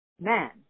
man